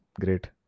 Great